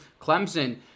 Clemson –